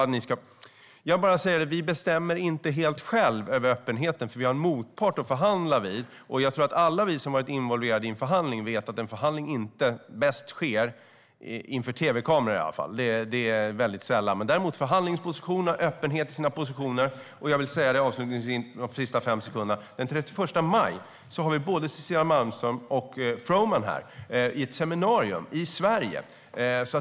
Jag säger bara att vi inte helt själva bestämmer över öppenheten, för vi har en motpart att förhandla med. Och jag tror att alla vi som har varit involverade i en förhandling vet att en förhandling inte bäst sker inför tv-kameror - det är väldigt sällan. Däremot ska man vara öppen med sina positioner. Avslutningsvis vill jag säga att den 31 maj har vi både Cecilia Malmström och Froman här på ett seminarium i Sverige.